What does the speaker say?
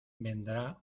vendrá